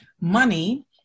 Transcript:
money